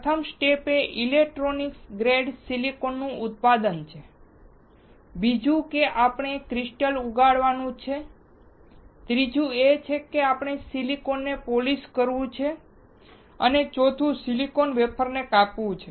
પ્રથમ સ્ટેપ એ electronic grade silicon નું ઉત્પાદન છે બીજું કે આપણે ક્રિસ્ટલ ઉગાડવા નું છે ત્રીજું એ છે કે આપણે સિલિકોન પોલિશ કરવું છે અને ચોથું એ સિલિકોન વેફરને કાપવાનું છે